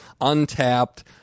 untapped